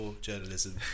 journalism